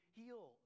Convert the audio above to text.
heal